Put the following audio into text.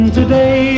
today